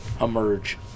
emerge